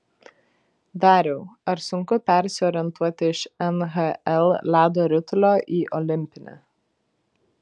dariau ar sunku persiorientuoti iš nhl ledo ritulio į olimpinį